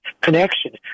connection